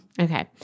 Okay